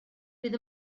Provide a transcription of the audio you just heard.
bydd